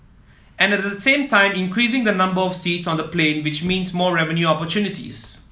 and the same time increasing the number of seats on the plane which means more revenue opportunities